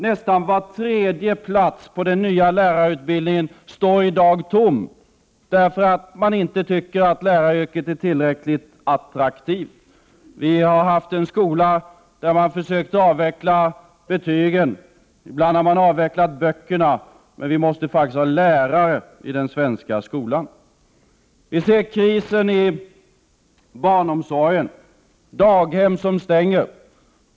Nästan var tredje plats i den nya lärarutbildningen står i dag tom därför att läraryrket inte anses tillräckligt attraktivt. Vi har haft en skola där man försökt avveckla betygen. Ibland har man avvecklat böckerna. Men vi måste faktiskt ha lärare i den svenska skolan. Vi ser krisen i barnomsorgen där daghem stänger.